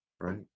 right